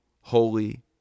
holy